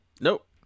Nope